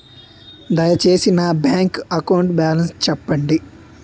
దయచేసి నా bank account balance చెప్పండి